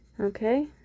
Okay